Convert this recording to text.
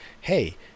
hey